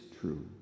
true